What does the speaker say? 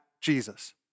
Jesus